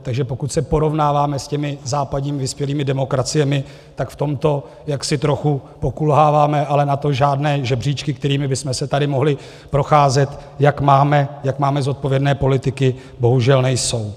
Takže pokud se porovnáváme s těmi západními vyspělými demokraciemi, tak v tomto jaksi trochu pokulháváme, ale na to žádné žebříčky, kterými bychom se tady mohli procházet, jak máme zodpovědné politiky, bohužel nejsou.